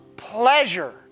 pleasure